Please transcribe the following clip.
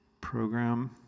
program